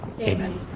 Amen